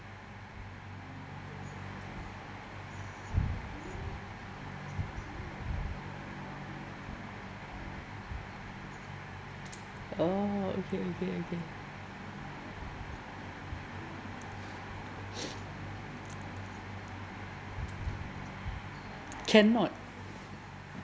orh okay okay okay cannot